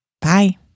Bye